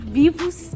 vivos